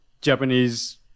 Japanese